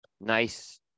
nice